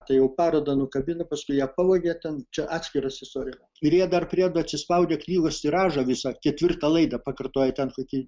tai jau parodą nukabino paskui ją pavogė ten čia atskira istorija ir jie dar priedo atsispaudė knygos tiražą visą ketvirtą laidą pakartojo ten kokį